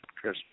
Chris